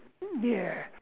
mm ya